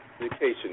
education